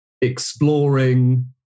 exploring